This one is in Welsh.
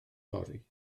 fory